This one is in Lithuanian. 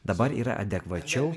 dabar yra adekvačiau